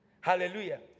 Hallelujah